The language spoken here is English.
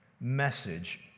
message